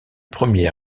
premier